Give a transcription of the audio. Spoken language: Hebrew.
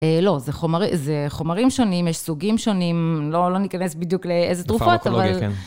לא, זה חומרים שונים, יש סוגים שונים, לא ניכנס בדיוק לאיזה תרופות, אבל...